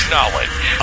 Knowledge